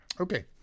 Okay